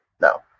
no